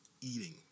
eating